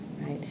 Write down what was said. right